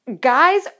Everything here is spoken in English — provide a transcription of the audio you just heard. guys